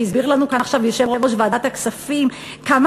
והסביר לנו כאן עכשיו יושב-ראש ועדת הכספים כמה